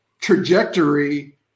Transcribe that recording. trajectory